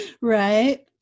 Right